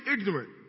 ignorant